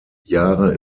jahre